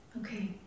Okay